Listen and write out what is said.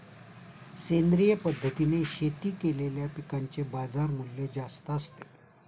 सेंद्रिय पद्धतीने शेती केलेल्या पिकांचे बाजारमूल्य जास्त असते